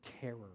terror